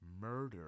Murder